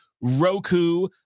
Roku